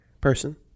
person